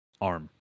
arm